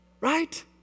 Right